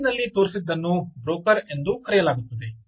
ಸ್ಲೈಡಿನಲ್ಲಿ ತೋರಿಸಿದ್ದನ್ನು ಬ್ರೋಕರ್ ಎಂದು ಕರೆಯಲಾಗುತ್ತದೆ